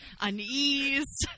unease